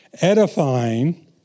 edifying